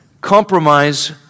Compromise